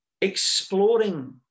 exploring